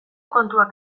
kontuak